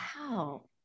Wow